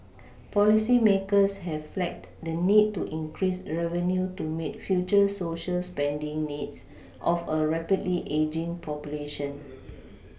policymakers have flagged the need to increase revenue to meet future Social spending needs of a rapidly ageing population